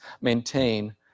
maintain